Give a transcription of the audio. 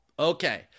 Okay